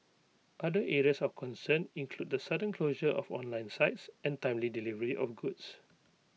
other areas of concern include the sudden closure of online sites and timely delivery of goods